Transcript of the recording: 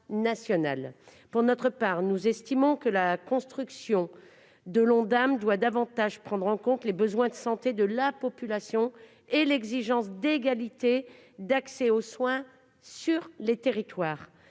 Pour notre part, nous estimons que la construction de l'Ondam doit davantage prendre en compte les besoins de santé de la population et l'exigence d'égalité d'accès aux soins dans les territoires.